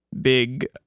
big